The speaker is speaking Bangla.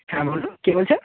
হ্যাঁ বলুন কে বলছেন